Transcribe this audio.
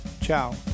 Ciao